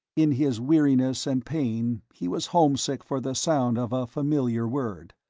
in his weariness and pain he was homesick for the sound of a familiar word.